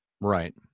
Right